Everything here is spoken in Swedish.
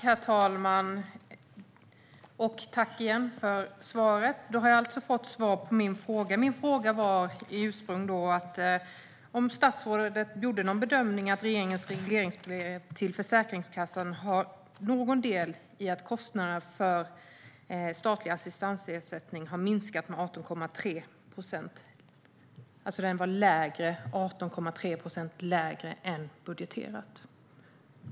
Herr talman! Tack igen för svaret! Då har jag alltså fått svar på min fråga. Min ursprungliga fråga var om statsrådet gör bedömningen att regeringens regleringsbrev till Försäkringskassan har någon del i att kostnaderna för statlig assistansersättning har minskat med 18,3 procent. Den är alltså 18,3 procent lägre än budgeterat.